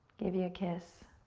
give you a kiss.